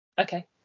okay